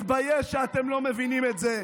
מתבייש שאתם לא מבינים את זה,